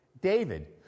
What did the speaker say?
David